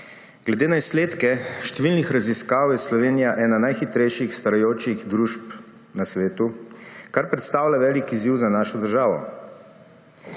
Glede na izsledke številnih raziskav je Slovenija ena najhitrejših starajočih družb na svetu, kar predstavlja velik izziv za našo državo.